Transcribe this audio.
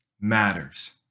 matters